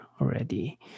already